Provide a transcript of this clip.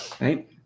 right